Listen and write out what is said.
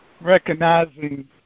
recognizing